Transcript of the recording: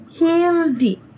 Hildi